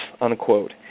unquote